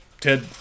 Ted